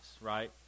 right